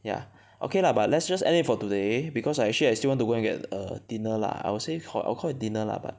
ya okay lah but let's just end it for today because I actually I still want to go and get err dinner lah I would say I would call it dinner lah but